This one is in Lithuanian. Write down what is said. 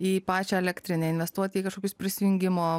į pačią elektrinę investuoti į kažkokius prisijungimo